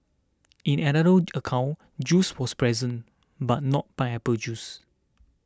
in another account juice was present but not pineapple juice